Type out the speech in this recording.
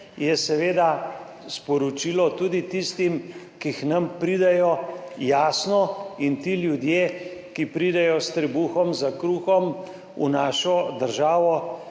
je seveda sporočilo tudi tistim, ki k nam pridejo, jasno. Ti ljudje, ki pridejo s trebuhom za kruhom v našo državo,